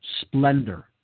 Splendor